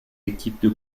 équipes